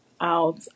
out